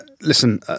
Listen